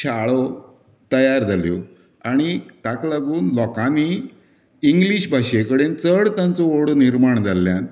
शाळो तयार जाल्यो आनीक ताका लागून लोकांनी इंग्लिश भाशें कडेन चड तांचो ओड निर्माण जाल्ल्यान